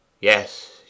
yes